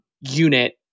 unit